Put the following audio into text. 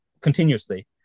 continuously